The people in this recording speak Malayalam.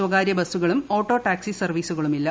സ്വകാര്യബസുകളും ഓട്ടോ ടാക്സി സർവീസുകളുമില്ല